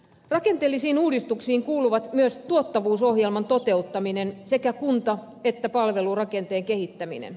rakenteellisiin uudistuksiin kuuluvat myös tuottavuusohjelman toteuttaminen sekä kunta ja palvelurakenteen kehittäminen